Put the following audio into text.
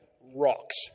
rocks